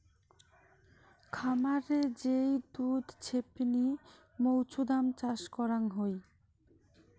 খামারে যে দুধ ছেপনি মৌছুদাম চাষ করাং হই